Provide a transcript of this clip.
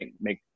make